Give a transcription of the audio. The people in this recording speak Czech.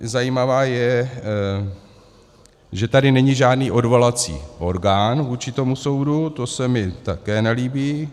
Zajímavé je, že tady není žádný odvolací orgán vůči soudu, to se mi taky nelíbí.